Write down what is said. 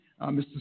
Mr